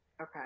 Okay